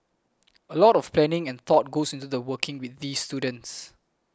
a lot of planning and thought goes into working with these students